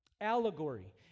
Allegory